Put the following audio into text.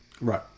Right